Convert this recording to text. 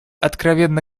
откровенно